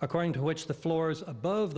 according to which the floors above the